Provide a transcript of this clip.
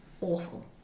awful